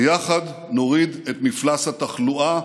ויחד נוריד את מפלס התחלואה